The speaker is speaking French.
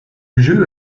jeu